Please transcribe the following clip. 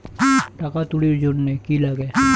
টাকা তুলির জন্যে কি লাগে?